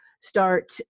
start